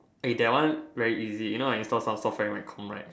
eh that one very easy you know I install some software in my com right